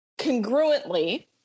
congruently